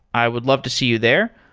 i would love to see you there.